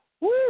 woo